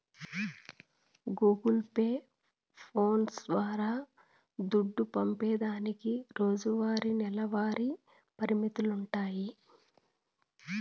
Google Pay, phones ద్వారా దుడ్డు పంపేదానికి రోజువారీ, నెలవారీ పరిమితులుండాయి